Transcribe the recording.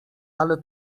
ale